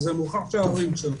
וזה מוכח שהם ההורים שלו,